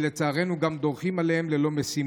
ולצערנו גם דורכים עליהם ללא משים.